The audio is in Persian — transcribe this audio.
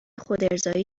خودارضایی